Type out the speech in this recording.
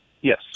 Yes